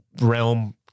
realm